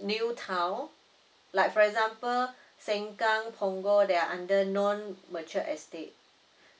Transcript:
new town like for example sengkang punggol they're under non mature estate